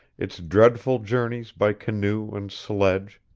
its dreadful journeys by canoe and sledge,